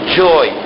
joy